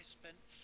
spent